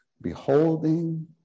beholding